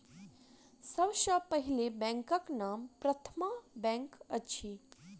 सभ सॅ पहिल बैंकक नाम प्रथमा बैंक अछि